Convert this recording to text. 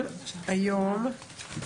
היום כ"ט באייר התשפ"ב,